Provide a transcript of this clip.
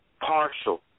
partial